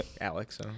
Alex